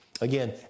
Again